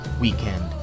weekend